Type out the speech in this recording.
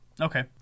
Okay